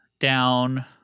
down